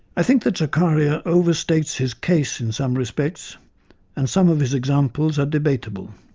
i think that zakaria overstates his case in some respects and some of his examples are debatable.